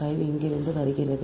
5 இங்கிருந்து வருகிறது